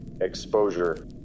Exposure